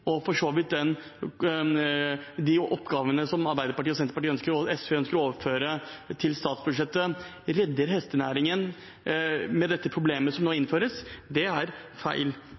og for så vidt de oppgavene som Arbeiderpartiet, Senterpartiet og SV ønsker å overføre til statsbudsjettet – redder hestenæringen, med dette problemet som nå innføres, det er feil.